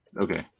Okay